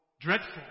dreadful